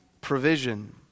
provision